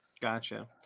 Gotcha